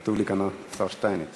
כתוב לי כאן "השר שטייניץ".